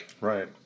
Right